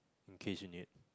in case you need